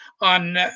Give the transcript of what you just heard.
On